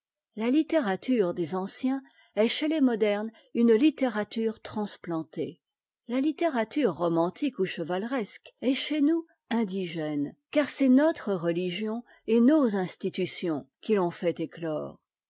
la littérature des anciens est chez les modernes une littérature transplantée la littérature romantique pu chevaleresque est chez nous indigène et c'est notre religion et nos institutions qui t'ont fait éclore